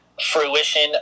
fruition